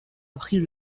appris